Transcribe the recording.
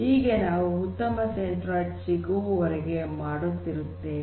ಹೀಗೆ ನಾವು ಉತ್ತಮ ಸೆಂಟ್ರೋಯ್ಡ್ ಸಿಗುವವರೆಗೆ ಮಾಡುತ್ತಿರುತ್ತೇವೆ